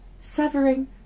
severing